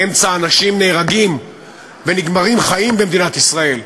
באמצע אנשים נהרגים ונגמרים חיים במדינת ישראל.